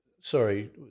Sorry